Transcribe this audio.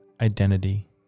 identity